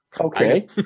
Okay